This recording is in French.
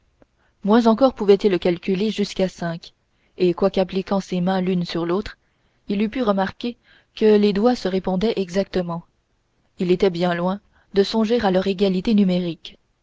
moins encore pouvait-il calculer jusqu'à cinq et quoique appliquant ses mains l'une sur l'autre il eût pu remarquer que les doigts se répondaient exactement il était bien loin de songer à leur égalité numérique